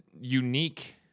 unique